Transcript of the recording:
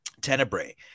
Tenebrae